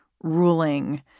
ruling